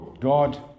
God